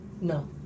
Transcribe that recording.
No